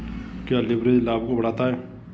क्या लिवरेज लाभ को बढ़ाता है?